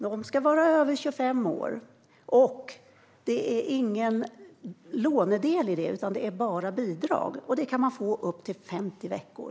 Man ska över 25 år, och det finns ingen lånedel i det stödet utan det är bara bidrag som man kan få i upp till 50 veckor.